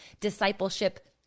discipleship